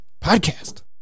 Podcast